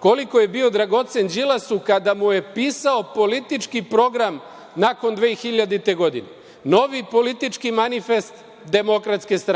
koliko je bio dragocen Đilasu kada mu je pisao politički program nakon 2000. godine, novi politički manifest DS.